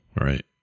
Right